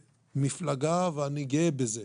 מפלגה ואני גאה בזה.